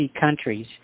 countries